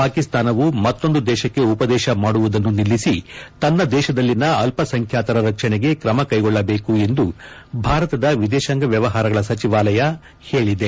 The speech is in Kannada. ಪಾಕಿಸ್ತಾನವು ಮತ್ತೊಂದು ದೇಶಕ್ಕೆ ಉಪದೇಶ ಮಾಡುವುದನ್ನು ನಿಲ್ಲಿಬ ತನ್ನ ದೇಶದಲ್ಲಿನ ಅಲ್ಲಸಂಖ್ಯಾತರ ರಕ್ಷಣೆಗೆ ಕ್ರಮ ಕೈಗೊಳ್ಳಬೇಕು ಎಂದು ಭಾರತದ ವಿದೇತಾಂಗ ವ್ಯವಹಾರಗಳ ಸಚಿವಾಲಯ ಹೇಳಿದೆ